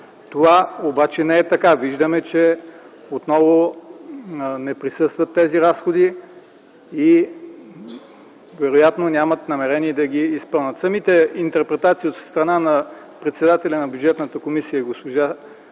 Това обаче не е така. Виждаме, че отново не присъстват тези разходи и вероятно нямат намерение да ги изпълнят. Самите интерпретации от страна на председателя на Бюджетната комисия госпожа